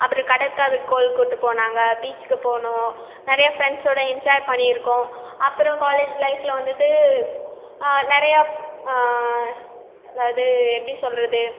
அப்புறம் கடற்கரை கோவில் கூட்டு போனாங்க பீச்சுக்கு போனோம் நிறைய ஃப்ரெண்ஸோடு என்ஜாய் பண்ணியிருக்கோம் அப்புறம் காலேஜ் லைஃப்பில் வந்துட்டு நிறையா அதாவது எப்படி சொல்கிறது